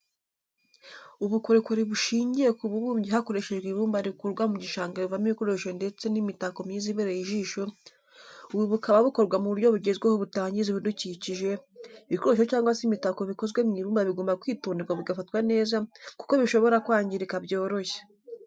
Ubukorikori bushingiye ku bubumbyi hakoreshejwe ibumba rikurwa mu gishanga buvamo ibikoresho ndetse n'imitako myiza ibereye ijisho ubu bukaba bukorwa mu buryo bugezweho butangiza ibidukikije, ibikoresho cyangwa se imitako bikozwe mu ibumba bigomba kwitonderwa bigafatwa neza kuko bishobora kwangirika byoroshye.